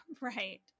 Right